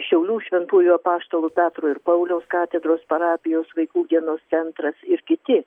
šiaulių šventųjų apaštalų petro ir pauliaus katedros parapijos vaikų dienos centras ir kiti